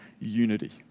unity